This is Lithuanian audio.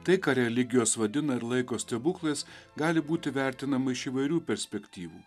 tai ką religijos vadina ir laiko stebuklais gali būti vertinama iš įvairių perspektyvų